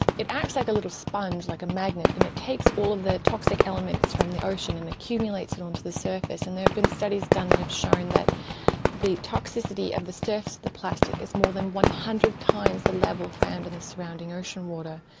it acts like a little sponge, like a magnet, and it takes all of the toxic elements from the ocean and accumulates it onto the surface. and there have been studies done that have shown that the toxicity of the surface of the plastic is more than one hundred times the level found in the surrounding ocean water.